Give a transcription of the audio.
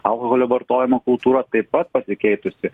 alkoholio vartojimo kultūra taip pat pasikeitusi